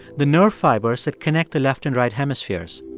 the nerve fibers that connect the left and right hemispheres.